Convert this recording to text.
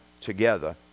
together